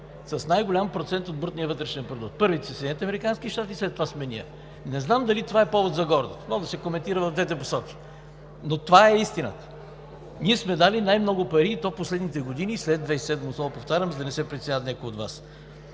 с най-голям процент от брутния вътрешен продукт. Първи са Съединените американски щати, след това сме ние. Не знам дали това е повод за гордост. Може да се коментира в двете посоки, но това е истината. Ние сме дали най-много пари, и то в последните години, след 2007 г., отново повтарям, за да не се притесняват някои от Вас.